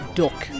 duck